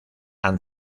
han